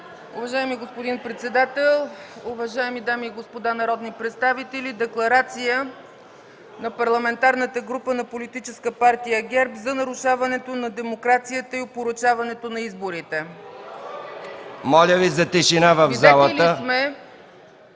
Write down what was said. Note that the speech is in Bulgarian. Уважаеми господин председател, уважаеми дами и господа народни представители! „Декларация на парламентарната група на Политическа партия ГЕРБ за нарушаването на демокрацията и опорочаването на изборите”. РЕПЛИКИ ОТ КБ: О-о-о!